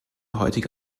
heutige